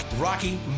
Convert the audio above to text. Rocky